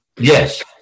Yes